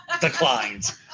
declined